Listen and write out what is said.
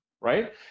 right